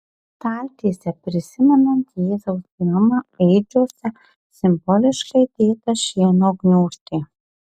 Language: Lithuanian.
po staltiese prisimenant jėzaus gimimą ėdžiose simboliškai dėta šieno gniūžtė